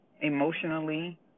emotionally